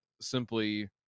simply